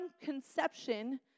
conception